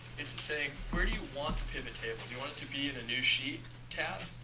it's it's saying, where do you want the pivottable do you want it to be in a new sheet tab?